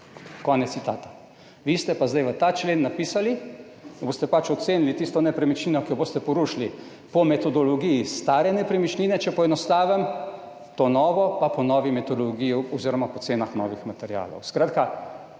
Konec citata. Vi ste pa zdaj v ta člen napisali, da boste pač ocenili tisto nepremičnino, ki jo boste porušili po metodologiji stare nepremičnine, če poenostavim, to novo pa po novi metodologiji oziroma po cenah novih materialov. Skratka,